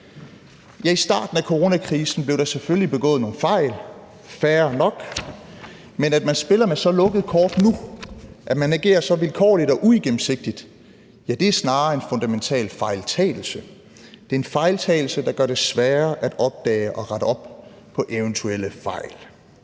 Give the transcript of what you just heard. i starten af coronakrisen blev der selvfølgelig begået nogle fejl, fair nok. Men at man spiller med så lukkede kort nu, at man agerer så vilkårligt og uigennemsigtigt, er snarere en fundamental fejltagelse. Det er en fejltagelse, der gør det sværere at opdage og rette op på eventuelle fejl.